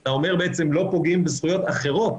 אתה אומר שלא פוגעים בזכויות אחרות.